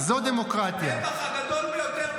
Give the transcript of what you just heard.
אתם הבאתם את הטבח הגדול ביותר בהיסטוריה.